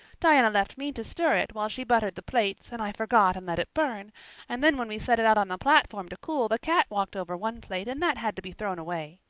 diana left me to stir it while she buttered the plates and i forgot and let it burn and then when we set it out on the platform to cool the cat walked over one plate and that had to be thrown away.